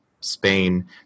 Spain